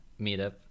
meetup